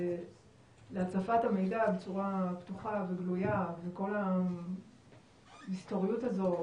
להצפת המידע בצורה פתוחה וגלויה וכל המסתוריות הזו